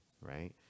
right